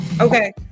Okay